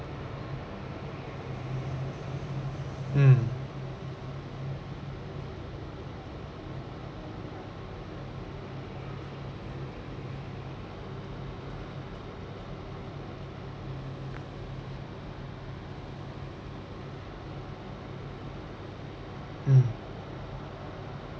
mm mm